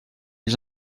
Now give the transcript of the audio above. ils